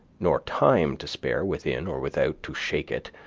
nor time to spare within or without to shake it,